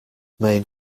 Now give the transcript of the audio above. main